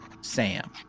Sam